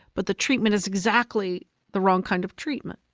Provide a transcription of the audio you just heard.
but the treatment is exactly the wrong kind of treatment.